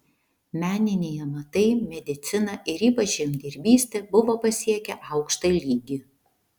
meniniai amatai medicina ir ypač žemdirbystė buvo pasiekę aukštą lygį